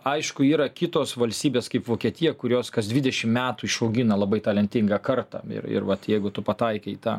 aišku yra kitos valstybės kaip vokietija kurios kas dvidešim metų išaugina labai talentingą kartą ir ir vat jeigu tu pataikei į tą